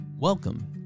Welcome